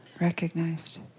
recognized